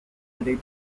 elite